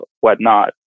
whatnot